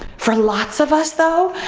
for lots of us, though,